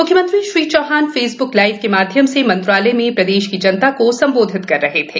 मुख्यमंत्री Shri Chouhan Facebook live के माध्यम से मंत्रालय में प्रदेश की जनता को संवोधित कर रहे थे